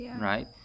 right